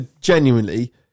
genuinely